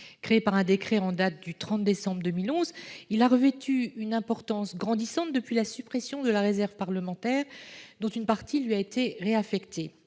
Créé par un décret du 30 décembre 2011, il a revêtu une importance grandissante depuis la suppression de la réserve parlementaire, dont une partie lui a été réaffectée.